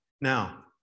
Now